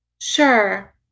Sure